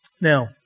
Now